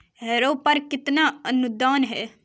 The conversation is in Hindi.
हैरो पर कितना अनुदान है?